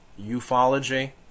ufology